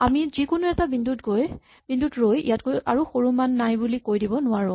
আমি যিকোনো এটা বিন্দুত ৰৈ ইয়াতকৈ আৰু সৰু মান নাই বুলি কৈ দিব নোৱাৰো